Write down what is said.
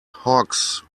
hogs